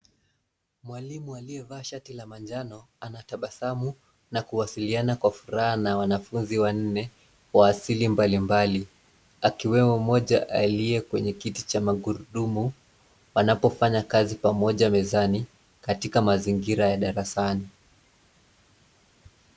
Mwalimu aliye vaa shati la majano, anatabasamu na kuwasiliana kwa furaha na wanafunzi wanne wa asili mbalimbali, akiwemo mmoja aliye kwenye kiti cha magurudumu anapofanya kazi pamoja mezani katika mazingira ya darasani.